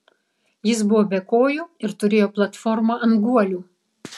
jis buvo be kojų ir turėjo platformą ant guolių